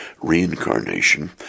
reincarnation